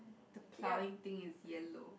the plowing thing is yellow